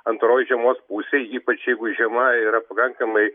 antroj žiemos pusėj ypač jeigu žiema yra pakankamai